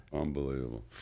Unbelievable